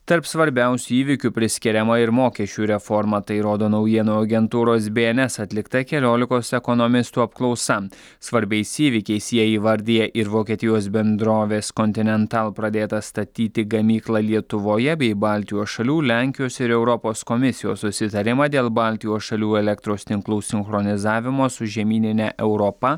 tarp svarbiausių įvykių priskiriama ir mokesčių reforma tai rodo naujienų agentūros bns atlikta keliolikos ekonomistų apklausa svarbiais įvykiais jie įvardija ir vokietijos bendrovės kontinental pradėtą statyti gamyklą lietuvoje bei baltijos šalių lenkijos ir europos komisijos susitarimą dėl baltijos šalių elektros tinklų sinchronizavimo su žemynine europa